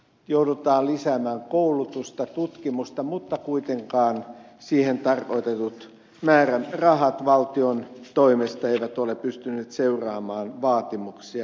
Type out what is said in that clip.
joudutaan lisäämään koulutusta tutkimusta mutta kuitenkaan siihen tarkoitetut määrärahat valtion toimesta eivät ole pystyneet seuraamaan vaatimuksia